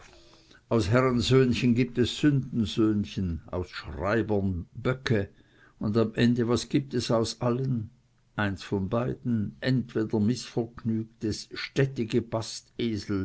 aus herrensöhnchen gibt es sündensöhnchen aus schreibern schlingel und am ende was gibt es aus allen eins von beiden entweder mißvergnügte